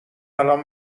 الان